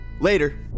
Later